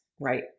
right